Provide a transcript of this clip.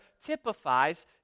typifies